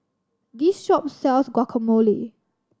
this shop sells Guacamole